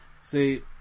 See